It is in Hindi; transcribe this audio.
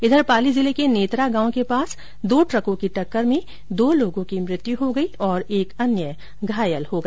इधर पाली जिले के नेतरा गांव क पास दो ट्रकों की टक्कर में दो लोगों की मृत्यु हो गई और एक अन्य घायल हो गया